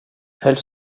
elle